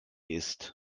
ist